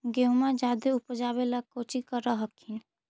गेहुमा जायदे उपजाबे ला कौची कर हखिन?